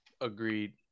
Agreed